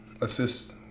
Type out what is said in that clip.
assist